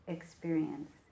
experience